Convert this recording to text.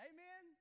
Amen